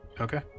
Okay